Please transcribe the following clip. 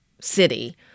City